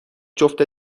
جفت